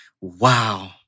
Wow